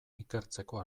ikertzeko